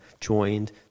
joined